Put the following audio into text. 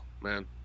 man